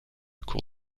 cour